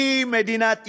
היא מדינת ישראל,